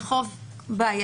זה חוק בעייתי.